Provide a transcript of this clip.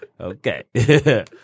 okay